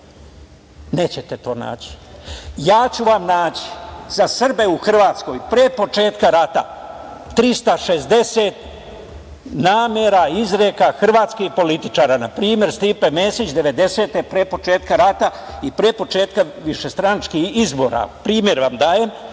Nećete to naći. Ja ću vam naći za Srbe u Hrvatskoj pre početka rata 360 namera, izreka hrvatskih političara. Na primer, Stipe Mesić 90-te pre početka rata i pre početka višestranačkih izbora, primer vam dajem,